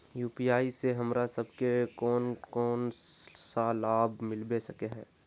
UPI से हमरा सब के कोन कोन सा लाभ मिलबे सके है?